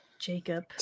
Jacob